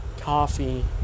coffee